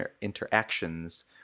interactions